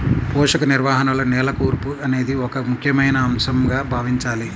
పోషక నిర్వహణలో నేల కూర్పు అనేది ఒక ముఖ్యమైన అంశంగా భావించాలి